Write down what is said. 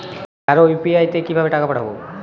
কারো ইউ.পি.আই তে কিভাবে টাকা পাঠাবো?